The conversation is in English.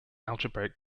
algebraic